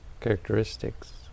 characteristics